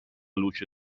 luce